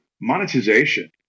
monetization